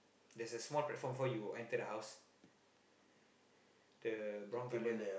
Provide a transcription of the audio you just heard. there's a small platform before you enter the house the brown colour